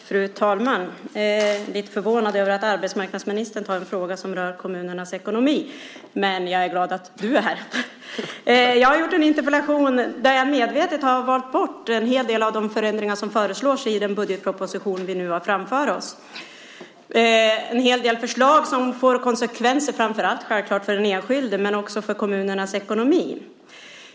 Fru talman! Jag är lite förvånad över att du, arbetsmarknadsministern, svarar på en fråga som rör kommunernas ekonomi, men jag är glad att du är här! Jag har skrivit en interpellation där jag medvetet har valt bort en hel del av de förändringar som föreslås i den budgetproposition vi nu har framför oss, förslag som får konsekvenser, självklart framför allt för den enskilde men också för kommunernas ekonomi.